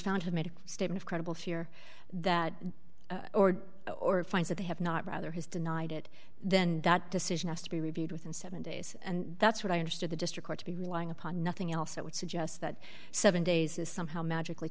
a statement a credible fear that or finds that they have not rather has denied it then that decision has to be reviewed within seven days and that's what i understood the district to be relying upon nothing else that would suggest that seven days is somehow magically